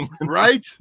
Right